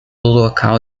local